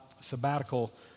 sabbatical